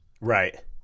right